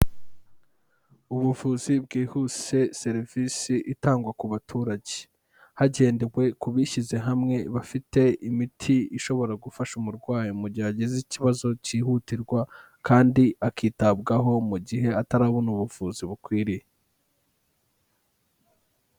Ubuvuzi bwihuse, serivisi itangwa ku baturage, hagendewe ku bishyize hamwe bafite imiti ishobora gufasha umurwayi mu gihe agize ikibazo cyihutirwa kandi akitabwaho mu gihe atarabona ubuvuzi bukwiriye.